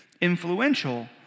influential